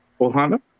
ohana